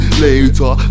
later